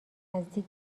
نزدیک